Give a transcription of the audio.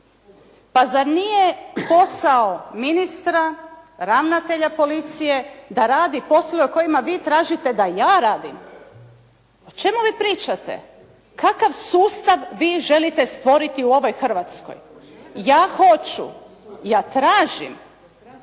Pa zar nije posao ministra, ravnatelja policije da radi poslove o kojima vi tražite da ja radim? O čemu vi pričate? Kakav sustav vi želite stvoriti u ovoj Hrvatskoj? Ja hoću, ja tražim